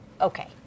okay